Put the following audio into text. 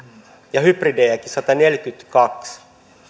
ja hybridejäkin sataneljäkymmentäkaksi